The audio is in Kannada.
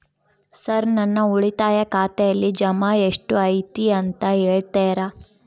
ಸರ್ ನನ್ನ ಉಳಿತಾಯ ಖಾತೆಯಲ್ಲಿ ಜಮಾ ಎಷ್ಟು ಐತಿ ಅಂತ ಹೇಳ್ತೇರಾ?